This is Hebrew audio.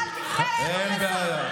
לא לא לא, אל תחלק לי ציונים,